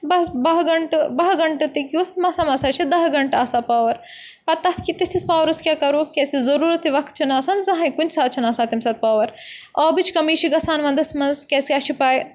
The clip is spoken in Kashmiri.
بَس باہ گَنٹہٕ باہ گَنٹہٕ تہِ کیُتھ مَسان مَسان چھُ دَہ گَنٹہٕ آسان پاوَر پَتہٕ تَتھ کہِ تِتھِس پاورَس کیٛاہ کَرو کیٛازِکہِ ضٔروٗرتٕے وقت چھُنہٕ آسان زٕہٕنۍ کُنہِ ساتہٕ چھِنہٕ آسان تمہِ ساتہٕ پاوَر آبٕچ کمی چھِ گژھان وَندَس منٛز کیٛازِکہِ اَسہِ چھِ پاے